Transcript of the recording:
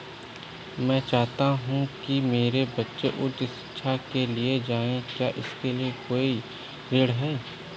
मैं चाहता हूँ कि मेरे बच्चे उच्च शिक्षा के लिए जाएं क्या इसके लिए कोई ऋण है?